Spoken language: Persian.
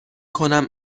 کنم